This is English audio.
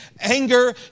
anger